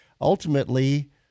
ultimately